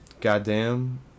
goddamn